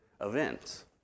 event